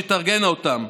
שתרגענה אותם",